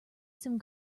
some